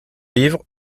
livre